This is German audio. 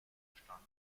bestand